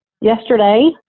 yesterday